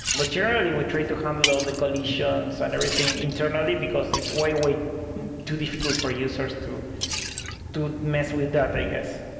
but generally, we try to handle all the collisions and everything internally because it's way, way too difficult for users to mess with that, i guess.